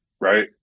right